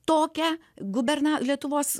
tokią guberna lietuvos